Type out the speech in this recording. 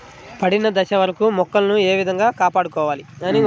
పండిన దశ వరకు మొక్కలను ఏ విధంగా కాపాడుకోవాలి?